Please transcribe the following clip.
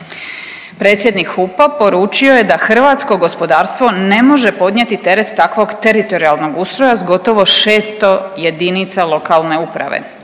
Predsjednik HUP-a poručio je da hrvatsko gospodarstvo ne može podnijeti teret takvog teritorijalnog ustroja s gotovo 600 jedinica lokalne uprave,